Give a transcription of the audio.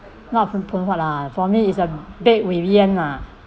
not from phoon huat lah for me it's uh bake lah